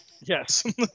Yes